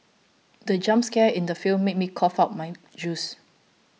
the jump scare in the film made me cough out my juice